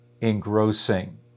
engrossing